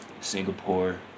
Singapore